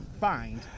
find